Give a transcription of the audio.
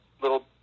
little